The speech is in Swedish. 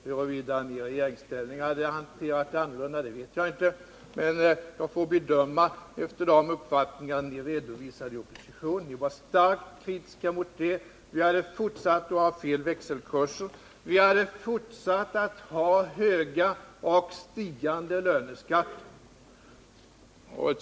Huruvida ni i regeringsställning hade hanterat problemen annorlunda vet jag inte, men jag får bedöma efter de uppfattningar som ni har redovisat i opposition. Ni var starkt kritiska mot regeringens åtgärder. Med er politik hade vi fortsatt att ha fel växelkurser. Vi hade fortsatt att ha höga och stigande löneskatter.